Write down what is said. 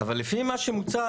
אבל לפי מה שמוצע,